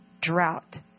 drought